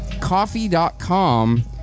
coffee.com